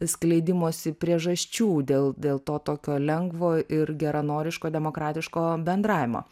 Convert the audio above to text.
skleidimosi priežasčių dėl dėl to tokio lengvo ir geranoriško demokratiško bendravimo